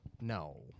No